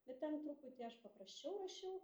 bet ten truputį aš paprasčiau rašiau